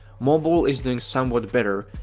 mobile is doing somewhat better,